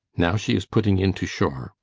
now she is putting in to shore.